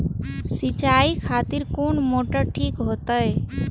सीचाई खातिर कोन मोटर ठीक होते?